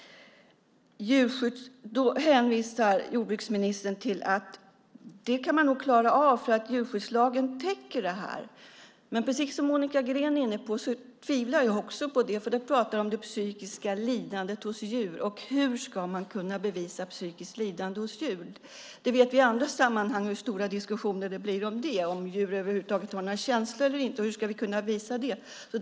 Jordbruksministern hänvisar till att man kan klara av det här i och med att djurskyddslagen täcker det. Men precis som Monica Green tvivlar jag på det. Man pratar om det psykiska lidandet hos djur. Hur ska man kunna bevisa psykiskt lidande hos djur? Vi vet ju från andra sammanhang hur stora diskussioner det blir om det och om djuren över huvud taget har några känslor eller inte. Hur ska vi kunna visa det?